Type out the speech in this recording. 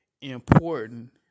important